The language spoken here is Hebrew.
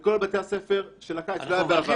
וכל בתי הספר של הקיץ לא היה בעבר.